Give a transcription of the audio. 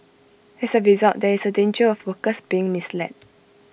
as A result there is A danger of workers being misled